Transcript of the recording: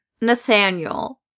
Nathaniel